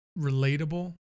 relatable